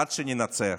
עד שננצח.